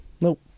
Nope